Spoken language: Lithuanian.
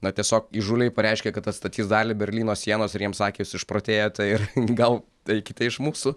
na tiesiog įžūliai pareiškė kad atstatys dalį berlyno sienos ir jiems sakė jūs išprotėjot ir gal eikite iš mūsų